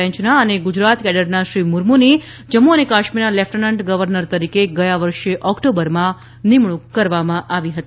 બેચના અને ગુજરાત કેડરના શ્રી મુર્મુની જમ્મુ અને કાશ્મીરના લેફન્ટન્ટ ગવર્નર તરીકે ગયા વર્ષે ઓક્ટબરમાં નિમણૂંક કરવામાં આવી હતી